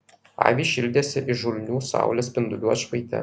avys šildėsi įžulnių saulės spindulių atšvaite